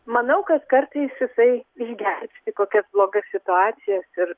manau kad kartais jisai išgelbsti kokias blogas situacijas ir